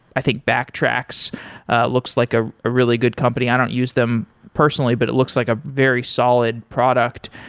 i think, backtracks looks like a a really good company. i don't use them personally, but it looks like a very solid product.